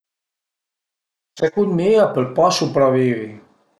Secund mi a pöl pa supravivi